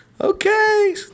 okay